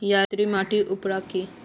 क्षारी मिट्टी उपकारी?